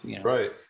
Right